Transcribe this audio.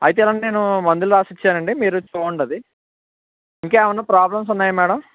అయితే అండి నేను మందులు రాసి ఇచ్చానండి మీరు చూడండి అది ఇంకా ఏమన్న ప్రాబ్లమ్స్ ఉన్నాయా మ్యాడమ్